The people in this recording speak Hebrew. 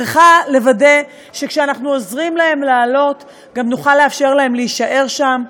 צריכה לוודא שכשאנחנו עוזרים להם לעלות גם נוכל לאפשר להם להישאר שם.